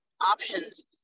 options